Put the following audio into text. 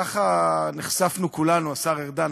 ככה נחשפנו כולנו השר ארדן,